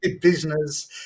business